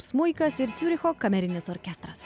smuikas ir ciuricho kamerinis orkestras